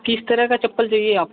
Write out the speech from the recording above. किस तरह की चप्पल चाहिए आपको